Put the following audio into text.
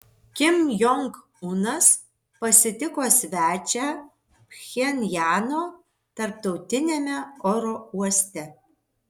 kim jong unas pasitiko svečią pchenjano tarptautiniame oro uoste